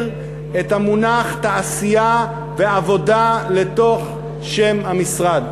את המונחים "תעשייה" ו"עבודה" לשם המשרד.